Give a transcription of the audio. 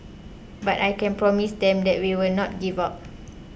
but I can promise them that we will not give up